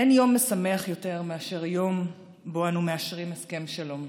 אין יום משמח יותר מאשר יום שבו אנו מאשרים הסכם שלום.